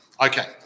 Okay